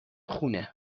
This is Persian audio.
خونه